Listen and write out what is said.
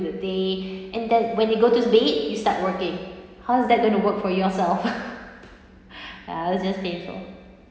the day and then when you go to bed you start working how is that going to work for yourself ya it was just painful